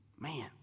Man